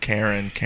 Karen